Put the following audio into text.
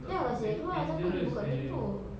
jangan kasih dia keluar siapa suruh buka pintu